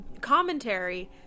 Commentary